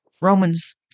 Romans